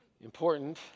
important